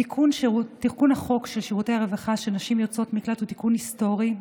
תיקון החוק של שירותי הרווחה של נשים היוצאות ממקלט הוא תיקון היסטורי,